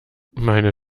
meine